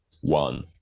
one